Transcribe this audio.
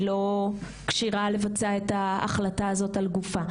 לא כשירה לבצע את ההחלטה הזאת על גופה.